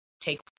take